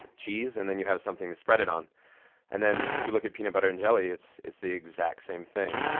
cheese, and then you have something to spread it on and if you look at peanut butter and jelly, it's it's the exact same thing.